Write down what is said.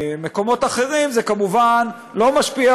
ממקומות אחרים זה כמובן לא משפיע,